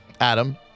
Adam